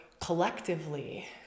collectively